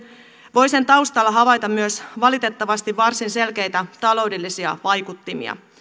voi sen taustalla havaita myös valitettavasti varsin selkeitä taloudellisia vaikuttimia